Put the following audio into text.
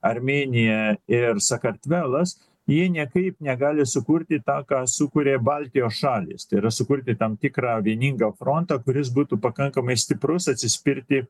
armėnija ir sakartvelas jie niekaip negali sukurti tą ką sukuria baltijos šalys tai yra sukurti tam tikrą vieningą frontą kuris būtų pakankamai stiprus atsispirti